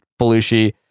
Belushi